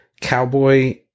Cowboy